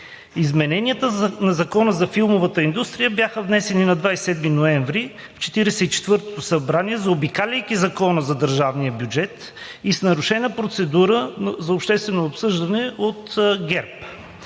Измененията на Закона за филмовата индустрия бяха внесени на 27 ноември и 44-тото народно събрание, заобикаляйки Закона за държавния бюджет, и с нарушена процедура за обществено обсъждане от ГЕРБ.